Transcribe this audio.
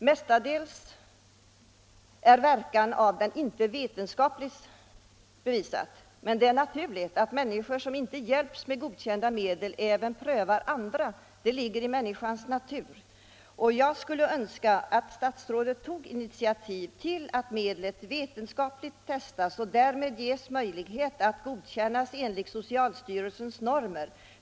Medlets verkan är inte vetenskapligt bevisad. Det är dock naturligt att människor som inte hjälps med godkända medel även prövar andra — det ligger i människans natur. Jag skulle önska att statsrådet tog initiativ till att medlet vetenskapligt testas och därmed ges möjlighet att godkännas enligt socialstyrelsens normer.